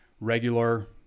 regular